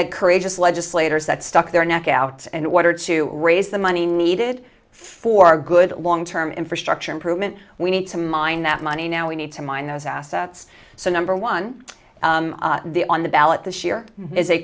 had courageous legislators that stuck their neck out in order to raise the money needed for good long term infrastructure improvement we need to mine that money now we need to mine those assets so number one the on the ballot this year is a